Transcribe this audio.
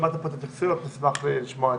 שמעת את ההתייחסויות אשמח לשמוע אותך.